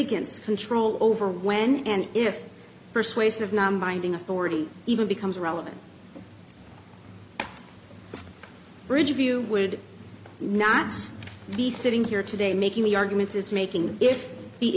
igants control over when and if persuasive non binding authority even becomes relevant bridgeview would not be sitting here today making the arguments it's making if the